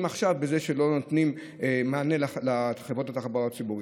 עכשיו בזה שלא נותנים מענה לחברות התחבורה הציבורית.